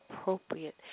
appropriate